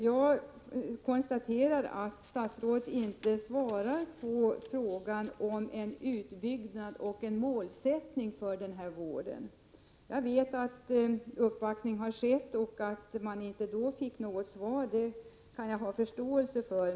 Jag konstaterar att statsrådet inte svarar på frågan om en utbyggnad av och en målsättning för vården. Jag vet att en uppvaktning har skett, och jag kan ha förståelse för att man då inte fick något svar.